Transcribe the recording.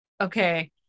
okay